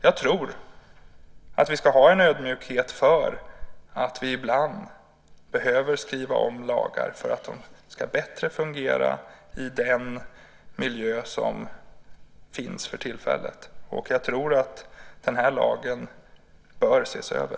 Jag tror att vi ska ha en ödmjukhet för att vi ibland kan behöva skriva om lagar för att de bättre ska fungera i den miljö som finns för tillfället. Jag tror att den här lagen bör ses över.